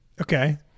Okay